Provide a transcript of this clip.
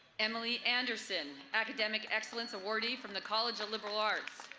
emily anderson, academic excellence awardee from the college of liberal arts